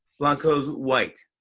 blanco is white.